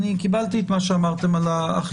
אני קיבלתי את מה שאמרתם על האכיפה